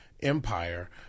Empire